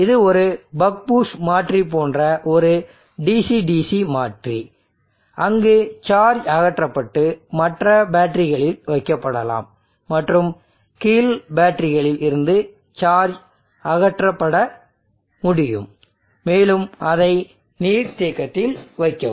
இது ஒரு buck boost மாற்றி போன்ற ஒரு DC DC மாற்றி அங்கு சார்ஜ் அகற்றப்பட்டு மற்ற பேட்டரிகளில் வைக்கப்படலாம் மற்றும் கீழ் பேட்டரிகளில் இருந்து சார்ஜ் அகற்றப்பட முடியும் மேலும் அதை நீர்த்தேக்கத்தில் வைக்கவும்